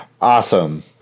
Awesome